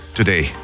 today